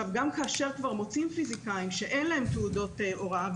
גם כאשר כבר מוצאים פיזיקאים שאין להם תעודות הוראה,